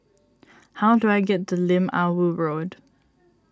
how do I get to Lim Ah Woo Road